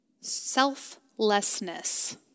selflessness